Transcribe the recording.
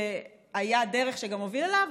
שהייתה דרך שגם הובילה אליו,